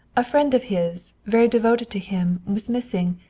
a friend of his, very devoted to him, was missing,